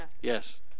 Yes